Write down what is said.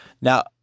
Now